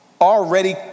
already